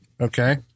okay